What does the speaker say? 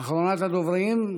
אחרונת הדוברים.